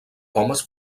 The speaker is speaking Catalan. pomes